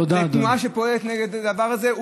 לתנועה שפועלת נגד הדבר הזה?